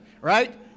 right